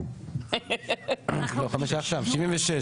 הצבעה בעד, 4 נגד, 9 נמנעים, אין לא אושר.